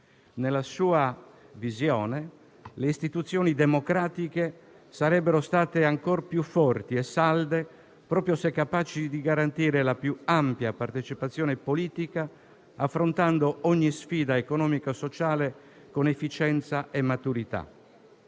Nella sua visione le istituzioni democratiche sarebbero ancor più forti e salde proprio se capaci di garantire la più ampia partecipazione politica, affrontando ogni sfida economica e sociale con efficienza e maturità.